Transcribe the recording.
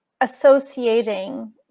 associating